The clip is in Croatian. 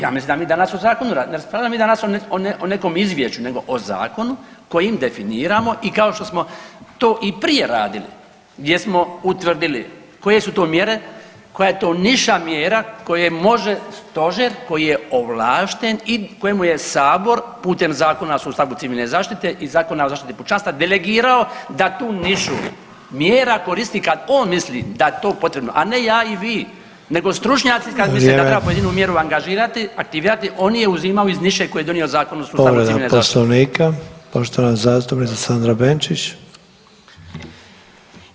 Ja mislim da mi danas o zakonu, ne raspravljamo mi danas o nekom izvješću nego o zakonu kojim definiramo i kao što smo to i prije radili gdje smo utvrdili koje su to mjere, koja je to niša mjera koje može stožer koji je ovlašten i kojem je sabor putem Zakona o sustavu civilne zašite i Zakona o zaštiti pučanstva delegirao da tu nišu mjera koristi kad on misli da je to potrebno, a ne ja i vi nego stručnjaci [[Upadica: Vrijeme]] kad misle da treba pojedinu mjeru angažirati i aktivirati oni je uzimaju iz niše koju je donio Zakon o sustavu civilne zaštite.